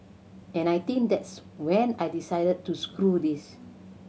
and I think that's when I decided to screw this